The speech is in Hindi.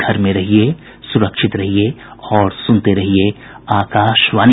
घर में रहिये सुरक्षित रहिये और सुनते रहिये आकाशवाणी